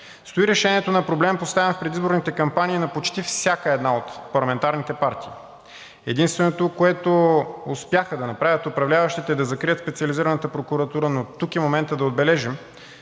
стои решението на проблем, поставен в предизборните кампании на почти всяка една от парламентарните партии. Единственото, което успяха да направят управляващите, е да закрият Специализираната прокуратура, но тук е моментът да отбележим,